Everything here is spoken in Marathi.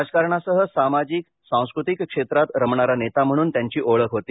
राजकारणासह सामाजिक सांस्कृतिक क्षेत्रात रमणारा नेता म्हणून त्यांची ओळख होती